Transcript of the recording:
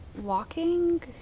walking